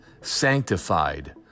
sanctified